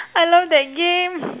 I love that game